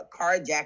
carjacking